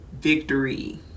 victory